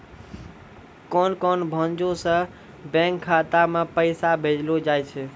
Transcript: कोन कोन भांजो से बैंक खाता मे पैसा भेजलो जाय छै?